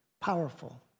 powerful